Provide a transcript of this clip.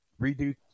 redo